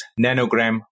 nanogram